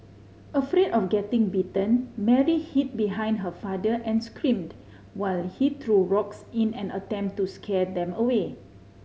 afraid of getting bitten Mary hid behind her father and screamed while he threw rocks in an attempt to scare them away